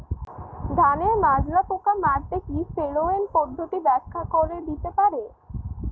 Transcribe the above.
ধানের মাজরা পোকা মারতে কি ফেরোয়ান পদ্ধতি ব্যাখ্যা করে দিতে পারে?